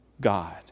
God